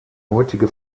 heutige